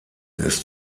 ist